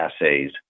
assays